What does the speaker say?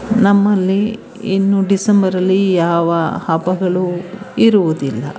ನಮ್ಮಲ್ಲಿ ಇನ್ನೂ ಡಿಸೆಂಬರಲ್ಲಿ ಯಾವ ಹಬ್ಬಗಳು ಇರುವುದಿಲ್ಲ